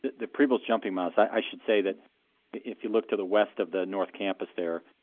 the preble's jumping mouse i should say that if you look to the west of the north campus there,